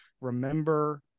remember